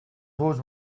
сууж